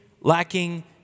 lacking